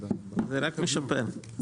זה רק משפר.